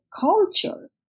culture